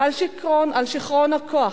על שיכרון הכוח,